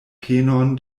penon